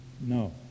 No